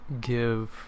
give